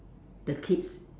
the kids